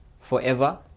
forever